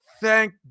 thank